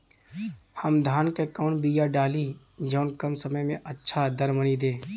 हम धान क कवन बिया डाली जवन कम समय में अच्छा दरमनी दे?